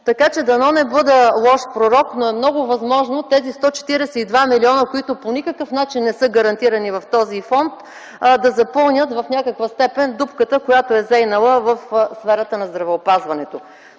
Дано не бъда лош пророк, но е много възможно тези 142 млн. лв., които по никакъв начин не са гарантирани в този фонд, да запълнят в някаква степен дупката, която е зейнала в сферата на здравеопазването.